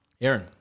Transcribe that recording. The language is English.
Aaron